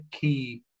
key